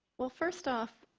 well, first off,